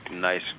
nice